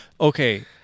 Okay